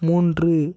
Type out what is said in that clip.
மூன்று